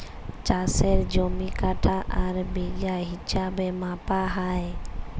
চাষের জমি কাঠা আর বিঘা হিছাবে মাপা হ্যয়